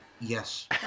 Yes